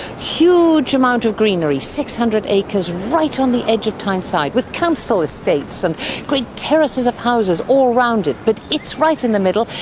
huge amount of greenery six hundred acres right on the edge of tyneside with council estates and great terraces of houses all round it, but it's right in the middle,